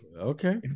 okay